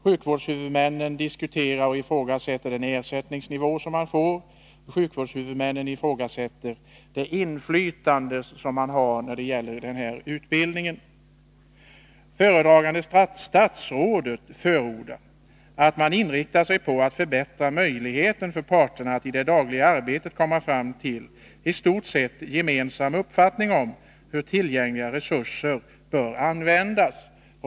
Sjukvårdshuvudmännen diskuterar och ifrågasätter nivån på den ersättning som man får, och sjukvårdshuvudmännen ifrågasätter det inflytande som man har när det gäller den här utbildningen. Föredragande statsrådet förordar att man skall inrikta sig på att förbättra möjligheterna för parterna att i det dagliga arbetet komma fram till en i stort sett gemensam uppfattning om hur tillgängliga resurser bör användas.